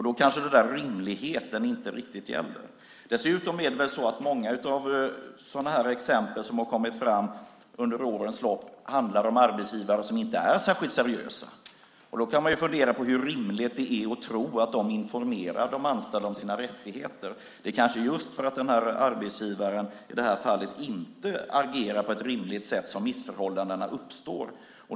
Då kanske denna rimlighet inte riktigt gäller. Dessutom handlar många av de exempel som har kommit fram under årens lopp om arbetsgivare som inte är särskilt seriösa. Då kan man fundera på hur rimligt det är att tro att de informerar de anställda om deras rättigheter. Det kanske är just för att denna arbetsgivare i detta fall inte agerar på ett rimligt sätt som missförhållandena uppstår.